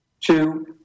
Two